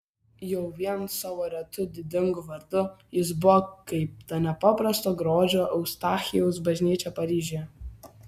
jau vien savo retu didingu vardu jis buvo kaip ta nepaprasto grožio eustachijaus bažnyčia paryžiuje